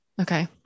Okay